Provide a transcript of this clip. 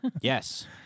Yes